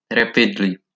rapidly